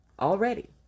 already